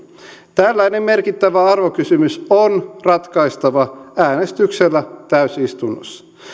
tällainen merkittävä arvokysymys on ratkaistava äänestyksellä täysistunnossa